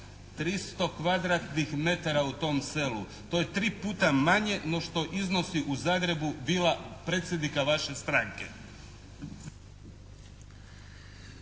300 kvadratnih metara u tom selu. To je 3 puta manje no što iznosi u Zagrebu vila predsjednika vaše stranke.